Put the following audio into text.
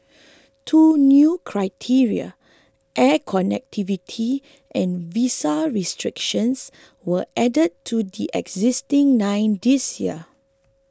two new criteria air connectivity and visa restrictions were added to the existing nine this year